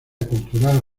cultural